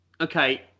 okay